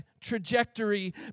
trajectory